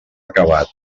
acabat